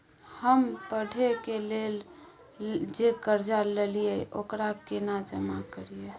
हम पढ़े के लेल जे कर्जा ललिये ओकरा केना जमा करिए?